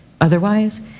otherwise